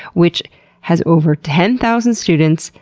which has over ten thousand students,